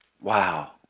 Wow